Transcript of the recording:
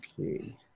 Okay